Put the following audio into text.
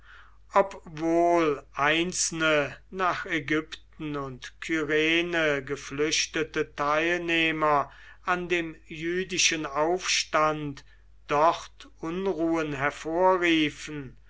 obwohl einzelne nach ägypten und kyrene geflüchtete teilnehmer an dem jüdischen aufstand dort unruhen hervorriefen